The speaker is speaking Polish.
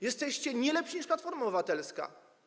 Jesteście nie lepsi niż Platforma Obywatelska.